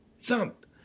thump